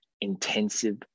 intensive